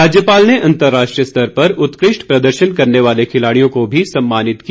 राज्यपाल ने अर्न्तराष्ट्रीय स्तर पर उत्कृष्ठ प्रदर्शन करने वाले खिलाड़ियों को भी सम्मानित किया